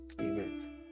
Amen